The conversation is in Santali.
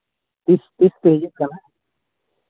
ᱛᱤᱥ ᱛᱤᱥ ᱯᱮ ᱦᱤᱡᱩᱜ ᱠᱟᱱᱟ